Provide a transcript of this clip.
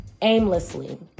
aimlessly